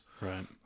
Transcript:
Right